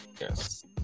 Yes